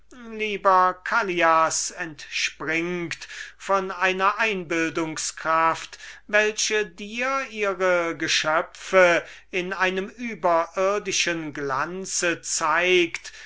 lieber callias entspringt von einer einbildungskraft die dir ihre geschöpfe in einem überirdischen glanze zeigt